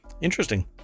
Interesting